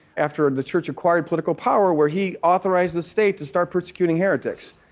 after the church acquired political power, where he authorized the state to start persecuting heretics.